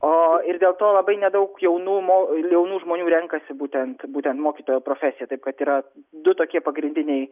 o ir dėl to labai nedaug jaunų mo jaunų žmonių renkasi būtent būtent mokytojo profesiją taip kad yra du tokie pagrindiniai